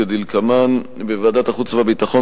כדלקמן: בוועדת החוץ והביטחון,